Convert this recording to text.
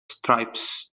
stripes